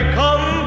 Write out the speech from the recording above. come